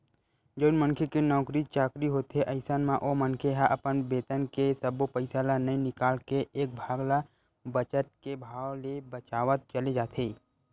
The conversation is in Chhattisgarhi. जउन मनखे के नउकरी चाकरी होथे अइसन म ओ मनखे ह अपन बेतन के सब्बो पइसा ल नइ निकाल के एक भाग ल बचत के भाव ले बचावत चले जाथे